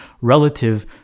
relative